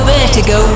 Vertigo